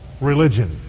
religion